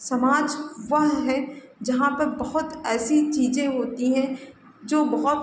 समाज वह है जहाँ पर बहुत ऐसी चीज़ें होती हैं जो बहुत